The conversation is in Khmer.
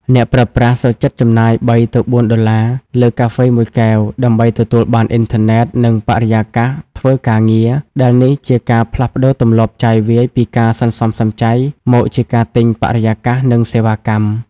អ្នកប្រើប្រាស់សុខចិត្តចំណាយ ៣-៤ ដុល្លារលើកាហ្វេមួយកែវ ដើម្បីទទួលបានអ៊ីនធឺណិត និងបរិយាកាសធ្វើការងារ ដែលនេះជាការផ្លាស់ប្តូរទម្លាប់ចាយវាយពីការសន្សំសំចៃ មកជាការទិញ "បរិយាកាស និងសេវាកម្ម"។